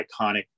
iconic